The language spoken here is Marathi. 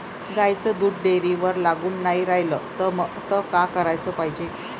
गाईचं दूध डेअरीवर लागून नाई रायलं त का कराच पायजे?